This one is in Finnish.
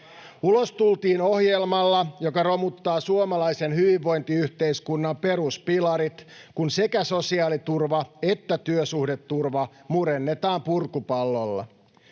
Ulos tultiin ohjelmalla, joka romuttaa suomalaisen hyvinvointiyhteiskunnan peruspilarit, kun sekä sosiaaliturva että työsuhdeturva murennetaan purkupallolla.